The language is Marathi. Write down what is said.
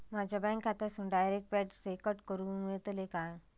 माझ्या बँक खात्यासून डायरेक्ट पैसे कट करूक मेलतले काय?